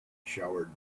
showered